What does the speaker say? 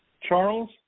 Charles